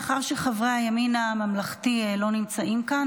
מאחר שחברי הימין הממלכתי לא נמצאים כאן,